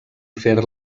fer